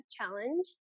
challenge